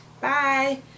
Bye